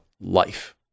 life